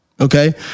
okay